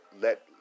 let